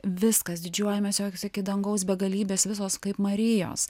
viskas didžiuojamės jos iki dangaus begalybės visos kaip marijos